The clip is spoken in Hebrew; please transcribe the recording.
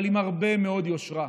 אבל עם הרבה מאוד יושרה,